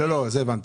את זה הבנתי.